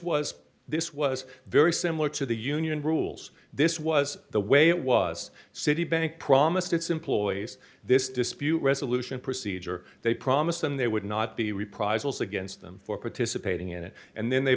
was this was very similar to the union rules this was the way it was citibank promised its employees this dispute resolution procedure they promised them they would not be reprisals against them for participating in it and then they